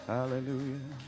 Hallelujah